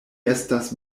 estas